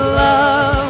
love